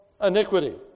iniquity